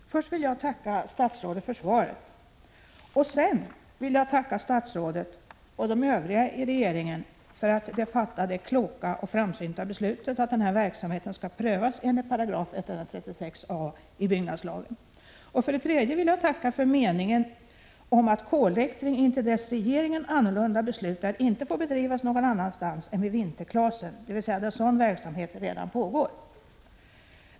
Herr talman! Först vill jag tacka statsrådet för svaret. Sedan vill jag tacka statrådet och de övriga i regeringen för att de fattat det kloka och framsynta beslutet att den här verksamheten skall prövas enligt 136 a § byggnadslagen. Dessutom vill jag tacka för meningen om att kolläktring intill dess regeringen annorlunda beslutar inte får bedrivas någon annanstans än vid Vinterklasen, dvs. där sådan verksamhet redan pågår.